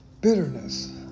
Bitterness